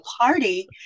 party